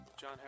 John